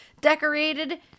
decorated